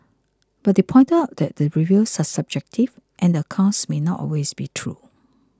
but they pointed out that the reviews are subjective and the accounts may not always be true